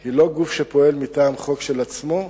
היא לא גוף שפועל מטעם חוק של עצמו,